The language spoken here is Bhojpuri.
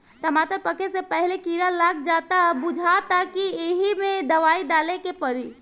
टमाटर पाके से पहिले कीड़ा लाग जाता बुझाता कि ऐइमे दवाई डाले के पड़ी